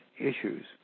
issues